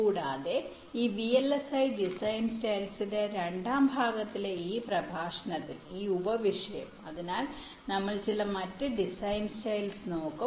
കൂടാതെ ഈ VLSI design സ്റ്റൈൽസിന്റെ രണ്ടാം ഭാഗത്തിലെ ഈ പ്രഭാഷണത്തിൽ ഈ ഉപവിഷയം അതിനാൽ നമ്മൾ മറ്റ് ചില ഡിസൈൻ സ്റ്റൈൽസ് നോക്കും